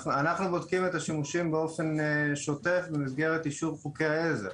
אנחנו בודקים את השימושים באופן שוטף במסגרת אישור חוקי עזר,